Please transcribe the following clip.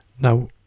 Now